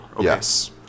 yes